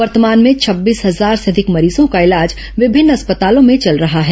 वर्तमान में छब्बीस हजार से अधिक मरीजों का इलाज विमिन्न अस्पतालों में चल रहा है